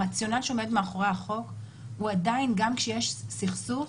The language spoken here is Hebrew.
הרציונל שעומד מאחורי החוק הוא עדיין גם כשיש סכסוך,